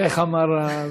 איך אמר הזה?